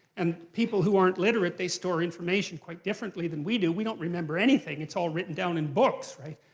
and people who aren't literate, they store information quite differently than we do. we don't remember anything. it's all written down in books, right?